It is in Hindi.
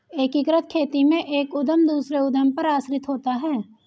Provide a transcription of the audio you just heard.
एकीकृत खेती में एक उद्धम दूसरे उद्धम पर आश्रित होता है